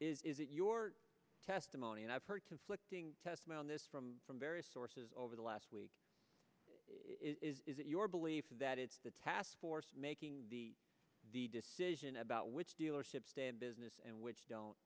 henderson is it your testimony and i've heard conflicting testimony on this from from various sources over the last week is it your belief that it's the task force making the decision about which dealerships stay in business and which don't